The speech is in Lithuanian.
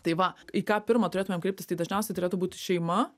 tai va į ką pirmą turėtumėm kreiptis tai dažniausiai turėtų būt šeima